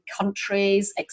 countries